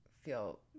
Feel